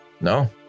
No